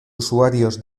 usuarios